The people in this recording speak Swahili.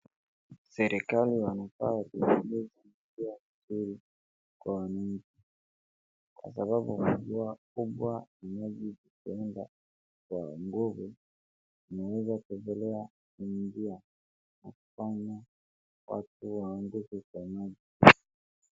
Serikali wanafaa watengeneze njia vizuri kwa wanachi, kwa sababu mvua kubwa inaweza nyesha kwa nguvu, inaweza kuingilia kwa njia na kufanya watu waanze kukanyaga.